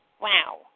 Wow